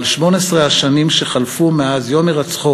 אבל 18 השנים שחלפו מאז יום הירצחו